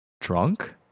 drunk